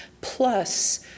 Plus